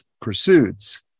pursuits